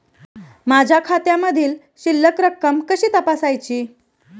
माझ्या खात्यामधील शिल्लक रक्कम कशी तपासायची?